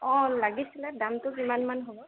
অঁ লাগিছিলে দামটো কিমানমান হ'ব